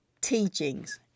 teachings